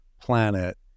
planet